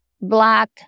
Black